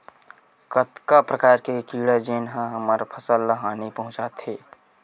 कतका प्रकार के कीड़ा जेन ह हमर फसल ल हानि पहुंचाथे?